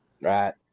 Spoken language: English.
Right